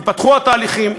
ייפתחו התהליכים,